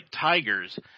Tigers